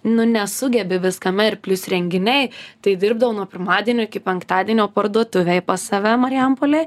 nu nesugebi viskame ir plius renginiai tai dirbdavau nuo pirmadienio iki penktadienio parduotuvėj pas save marijampolėj